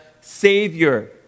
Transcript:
savior